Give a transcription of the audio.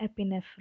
epinephrine